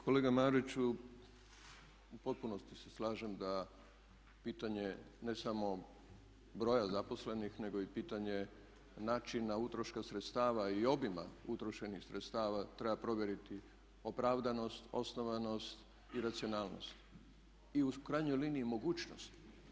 Kolega Mariću u potpunosti se slažem da pitanje ne samo broja zaposlenih nego i pitanje načina utroška sredstava i obima utrošenih sredstava treba provjeriti opravdanost, osnovanost i racionalnost i u krajnjoj liniji mogućnost.